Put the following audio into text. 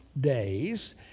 days